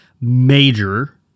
major